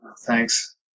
Thanks